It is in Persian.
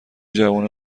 جوونا